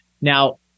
Now